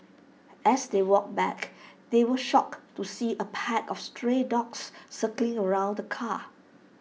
as they walked back they were shocked to see A pack of stray dogs circling around the car